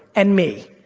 and me.